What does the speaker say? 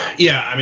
yeah, i mean,